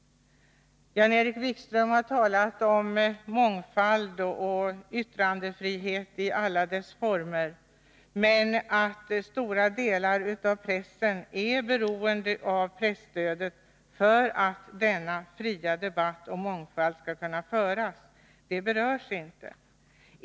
Jan-Erik Wikström har talat om mångfald och yttrandefrihet i alla dess former, men det förhållandet att stora delar av pressen är beroende av presstödet för att mångfalden och den fria debatten skall kunna bevaras berörs inte.